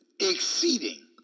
exceeding